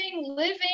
living